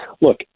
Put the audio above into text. Look